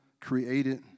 created